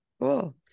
cool